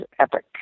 epic